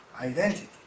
identity